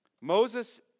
Moses